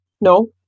No